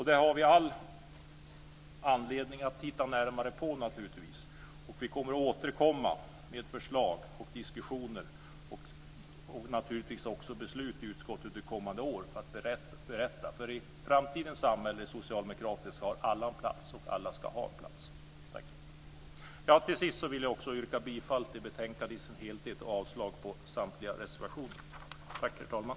Det har vi all anledning att titta närmare på. Vi kommer att återkomma med ett förslag, diskussioner och också beslut i utskottet under kommande år. I framtidens socialdemokratiska samhälle har alla en plats, och alla ska ha en plats. Till sist vill jag yrka bifall till utskottets hemställan i betänkandet i dess helhet och avslag på samtliga reservationer.